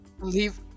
Leave